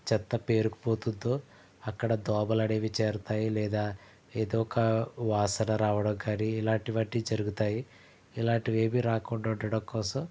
చెత్తపేరుకుపోతుందో అక్కడ దోమలనేవి చేరుతాయి లేదా ఏదొక వాసన రావడం కానీ ఇలాంటి వన్నీ జరుగుతాయి ఇలాంటివి ఏమి రాకుండా ఉండడం కోసం